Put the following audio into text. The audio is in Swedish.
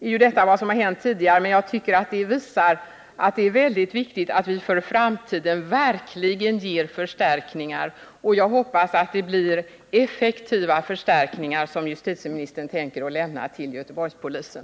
Nu är detta vad som hänt tidigare, men jag tycker att det visar att det är synnerligen viktigt att vi för framtiden verkligen ger förstärkningar, och jag hoppas det blir effektiva förstärkningar som justitieministern tänker ge Göteborgspolisen.